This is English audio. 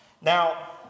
Now